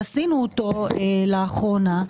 זה תיקון של החוק שעשינו לאחרונה.